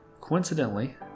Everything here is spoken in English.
Coincidentally